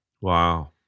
Wow